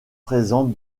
présente